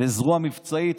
וזרוע מבצעית,